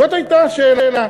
זאת הייתה השאלה.